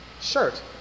shirt